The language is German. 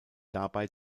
dabei